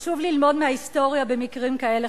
חשוב ללמוד מההיסטוריה במקרים כאלה,